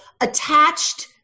attached